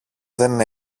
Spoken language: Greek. δεν